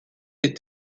des